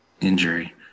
injury